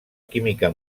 química